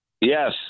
Yes